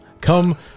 Come